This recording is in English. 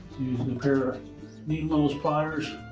using a pair of needle nose pliers,